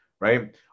Right